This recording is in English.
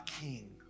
king